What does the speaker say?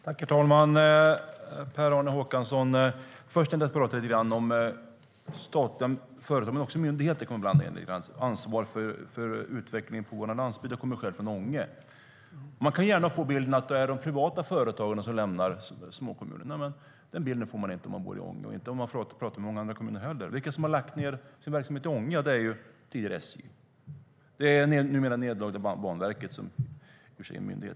Herr talman! Jag tänker tala om statliga företag, Per-Arne Håkansson, men jag tänkte också blanda in myndigheter lite grann och ansvaret för utvecklingen på våra landsbygder. Jag kommer själv från Ånge. Man får gärna bilden av att det är de privata företagen som lämnar småkommunerna. Men den bilden får man inte om man bor i Ånge, och inte heller när man talar med människor i många andra kommuner. Vilka är det som har lagt ned sin verksamhet i Ånge? Det är SJ. Det är det numera nedlagda Banverket, som i och för sig är en myndighet.